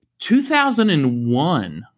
2001